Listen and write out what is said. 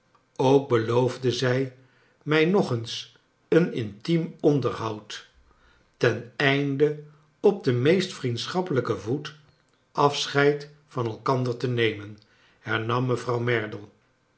ook beloofde zij mij nog eens een intiem onderhoud ten einde op den meest vriendschappelijken voet afscheid van elkander te nemen hernam mevrouw merdle